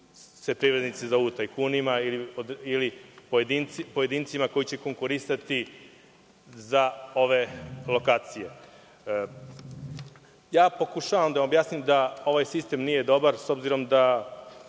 se privrednici zovu tajkunima, ili pojedincima koji će konkurisati za ove lokacije. Pokušavam da objasnim da ovaj sistem nije dobar, s obzirom da